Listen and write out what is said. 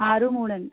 ఆరు మూడు అండి